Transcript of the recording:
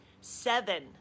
Seven